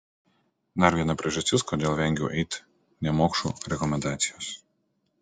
dar viena priežastis kodėl vengiau eiti nemokšų rekomendacijos